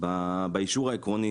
באישור העקרוני,